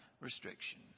restriction